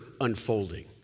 unfolding